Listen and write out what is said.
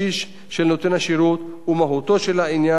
נותן השירות ומהותו של העניין האמור בלבד.